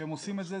כשהם עושים את זה,